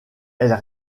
elles